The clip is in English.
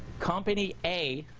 company a,